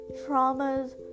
traumas